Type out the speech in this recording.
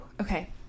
Okay